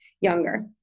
younger